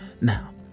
now